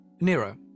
Nero